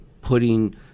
putting